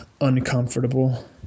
uncomfortable